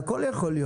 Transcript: הכול יכול להיות.